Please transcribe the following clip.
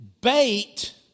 bait